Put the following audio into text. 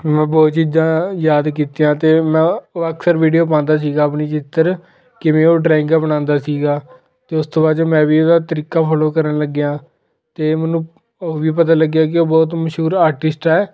ਮੈਂ ਬਹੁਤ ਚੀਜ਼ਾਂ ਯਾਦ ਕੀਤੀਆਂ ਅਤੇ ਮੈਂ ਉਹ ਅਕਸਰ ਵੀਡੀਓ ਪਾਉਂਦਾ ਸੀਗਾ ਆਪਣੀ ਚਿੱਤਰ ਕਿਵੇਂ ਉਹ ਡਰਾਇੰਗਾਂ ਬਣਾਉਂਦਾ ਸੀਗਾ ਅਤੇ ਉਸ ਤੋਂ ਬਾਅਦ 'ਚੋਂ ਮੈਂ ਵੀ ਉਹਦਾ ਤਰੀਕਾ ਫੋਲੋ ਕਰਨ ਲੱਗਿਆਂ ਅਤੇ ਮੈਨੂੰ ਉਹ ਵੀ ਪਤਾ ਲੱਗਿਆ ਕਿ ਉਹ ਬਹੁਤ ਮਸ਼ਹੂਰ ਆਰਟਿਸਟ ਹੈ